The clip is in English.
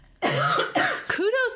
kudos